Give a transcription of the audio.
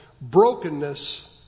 brokenness